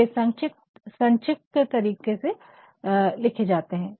ये संक्षिप्त तरीके से लिखे जाते है